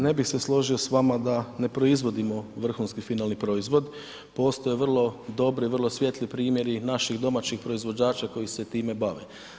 Ne bi se složio s vama da ne proizvodimo vrhunski finalni proizvod, postoji vrlo dobri i vrlo svijetli primjeri naših domaćih proizvođača koji se time bave.